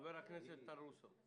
חבר הכנסת טל רוסו,